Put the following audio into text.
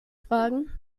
fragen